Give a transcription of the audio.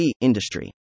industry